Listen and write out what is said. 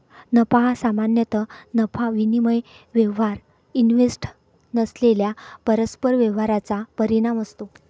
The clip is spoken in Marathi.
नफा हा सामान्यतः नफा विनिमय व्यवहार इव्हेंट नसलेल्या परस्पर व्यवहारांचा परिणाम असतो